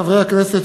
חברי הכנסת,